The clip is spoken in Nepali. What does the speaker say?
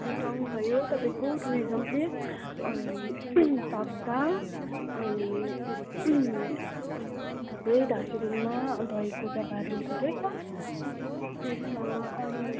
सिटोङ भयो तपाईँको टुरिज्म प्लेस अनि तकदाह अनि थुप्रै दार्जिलिङमा रहेको जग्गाहरू थुप्रै छ त्यसमा अरू